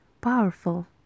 powerful